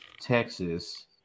Texas